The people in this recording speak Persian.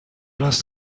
رواز